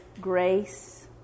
grace